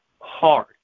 hard